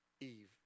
Eve